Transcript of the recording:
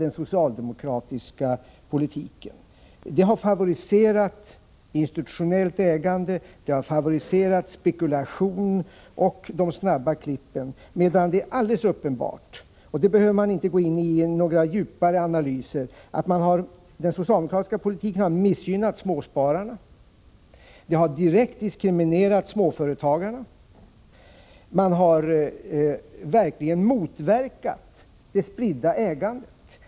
Den socialdemokratiska politiken har favoriserat institutionellt ägande, spekulation och snabba klipp, medan den — det behöver man inte göra några djupare analyser för att konstatera — har missgynnat småspararna, direkt diskriminerat småföretagarna och verkligen motverkat det spridda ägandet.